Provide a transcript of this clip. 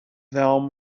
them